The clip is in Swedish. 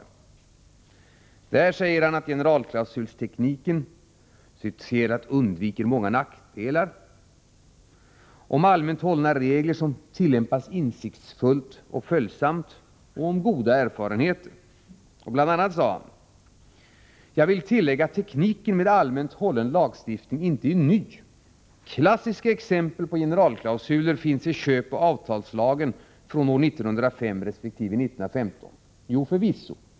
I det talet säger justitieministern att generalklausulstekniken undviker många nackdelar, och han talar om allmänt hållna regler som tillämpas insiktsfullt och följsamt samt om goda erfarenheter. Bl.a. sade justitieministern: Jag vill tillägga att tekniken med allmänt hållen lagstiftning inte är ny. Klassiska exempel på generalklausuler finns i köpoch avtalslagen från år 1905 resp. 1915. Jo, förvisso.